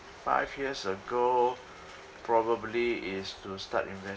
five years ago probably is to start investing